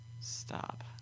Stop